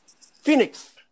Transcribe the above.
Phoenix